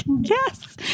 yes